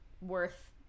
worth